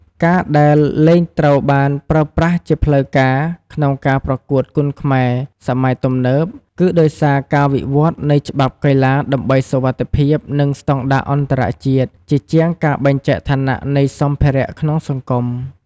ការដែលវាលែងត្រូវបានប្រើប្រាស់ជាផ្លូវការក្នុងការប្រកួតគុនខ្មែរសម័យទំនើប គឺដោយសារការវិវត្តន៍នៃច្បាប់កីឡាដើម្បីសុវត្ថិភាព និងស្តង់ដារអន្តរជាតិ ជាជាងការបែងចែកឋានៈនៃសម្ភារៈក្នុងសង្គម។